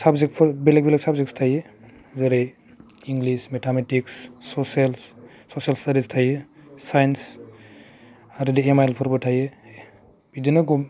साबजेक्तफोर बेलेक बेलेक साबजेक्तफोर थायो जेरै इंलिस मेथामेटिक्स ससेल स्टाडिस थायो चाइन्स आरो दे एमाइलफोरबो थायो बिदिनो